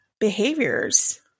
behaviors